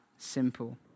simple